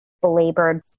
belabored